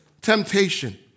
temptation